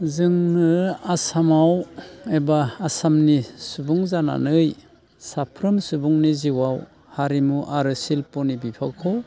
जोङो आसामाव एबा आसामनि सुबुं जानानै साफ्रोम सुबुंनि जिउआव हारिमु आरो शिल्पनि बिफावखौ